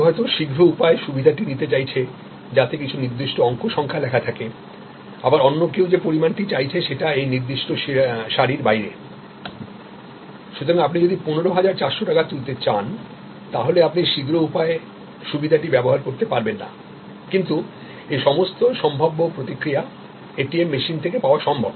কেউ হয়তো শীঘ্র উপায় সুবিধাটি নিতে চাইছে যাতে কিছু নির্দিষ্ট অংক সংখ্যা লেখা থাকে আবার অন্য কেউ যে পরিমাণটি চাইছে সেটা এই নির্দিষ্ট সারির বাইরে সুতরাং যদি আপনি 15400 টাকা তুলতে চান তাহলে আপনি শীঘ্র উপায় সুবিধাটি ব্যবহার করতে পারবেন না কিন্তু এই সমস্ত সম্ভাব্য প্রতিক্রিয়া ATM মেশিন থেকে পাওয়া সম্ভব